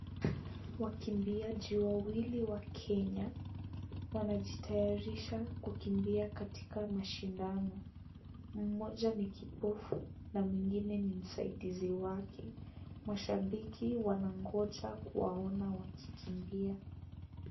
Wakimbiaji wawili wa Kenya wanajitayarisha kukimbia katika mashindano. Mmoja ni kipofu na mwingine ni msaidizi wake. Mashabiki wanangoja kuwaona wakikimbia.